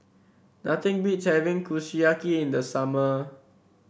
nothing beats having Kushiyaki in the summer